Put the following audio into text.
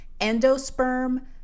endosperm